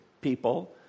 people